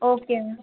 okay ma'am